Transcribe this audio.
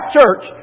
church